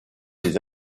des